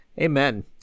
Amen